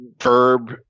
verb